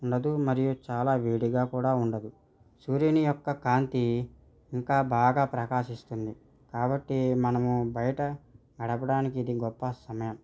ఉండదు మరియు చాలా వేడిగా కూడా ఉండదు సూర్యుని యొక్క కాంతి ఇంకా బాగా ప్రకాశిస్తుంది కాబట్టి మనము బయట గడపడానికి ఇది గొప్ప సమయం